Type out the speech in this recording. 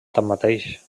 tanmateix